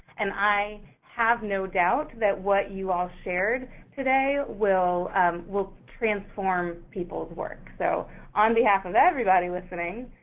and i have no doubt that what you all shared today will will transform people's work. so on behalf of everybody listening,